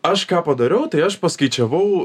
aš ką padariau tai aš paskaičiavau